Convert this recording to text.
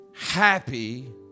Happy